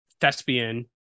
thespian